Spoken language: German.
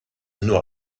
nur